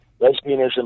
lesbianism